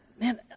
man